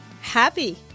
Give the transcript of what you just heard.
Happy